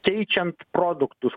keičiant produktus